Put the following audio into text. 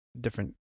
different